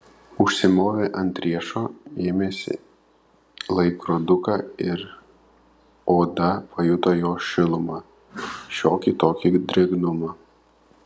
užsimovė ant riešo ėmėsi laikroduką ir oda pajuto jo šilumą šiokį tokį drėgnumą